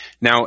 Now